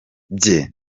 bye